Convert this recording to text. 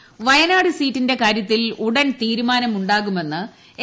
വേണുഗോപാൽ വയനാട് സീറ്റിന്റെ കാര്യത്തിൽ ഉടൻ തീരുമാനമുണ്ടാകുമെന്ന് എ